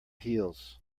heels